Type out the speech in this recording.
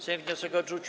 Sejm wniosek odrzucił.